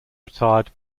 retired